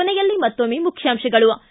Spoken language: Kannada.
ಕೊನೆಯಲ್ಲಿ ಮತ್ತೊಮ್ಗೆ ಮುಖ್ಯಾಂಶಗಳು